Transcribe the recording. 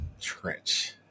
Trench